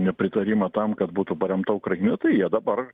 nepritarimą tam kad būtų paremta ukraina tai jie dabar